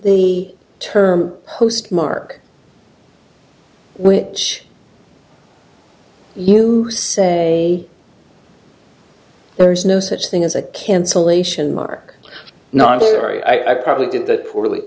the term postmark which you say there is no such thing as a cancellation mark nondairy i probably did that poorly